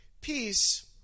Peace